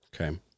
Okay